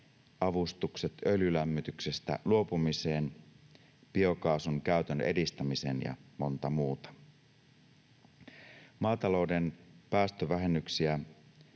avustukset öljylämmityksestä luopumiseen, biokaasun käytön edistämisen ja monta muuta. Maatalouden päästövähennyksiä